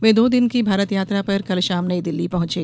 वे दो दिन की भारत यात्रा पर कल शाम नई दिल्ली पहुंचे